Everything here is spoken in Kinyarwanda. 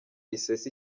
isesa